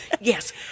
yes